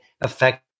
affect